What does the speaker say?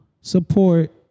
support